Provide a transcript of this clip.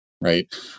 right